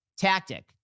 tactic